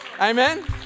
Amen